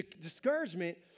Discouragement